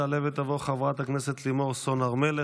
תעלה ותבוא חברת הכנסת לימור סון הר מלך,